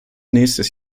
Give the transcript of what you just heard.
nächstes